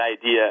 idea